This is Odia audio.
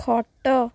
ଖଟ